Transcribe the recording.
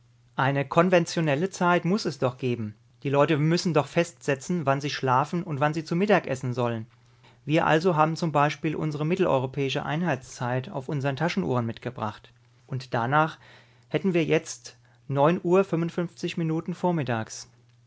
eine konventionelle zeit muß es doch geben die leute müssen doch festsetzen wann sie schlafen und wann sie zu mittag essen sollen wir also haben zum beispiel unsere mitteleuropäische einheitszeit auf unseren taschenuhren mitgebracht und danach hätten wir jetzt neun uhr minuten vormittags